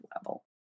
level